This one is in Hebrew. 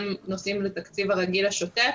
הם --- לתקציב הרגיל, השוטף,